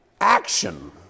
action